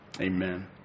Amen